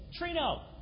Trino